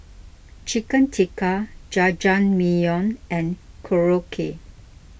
Chicken Tikka Jajangmyeon and Korokke